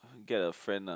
get a friend lah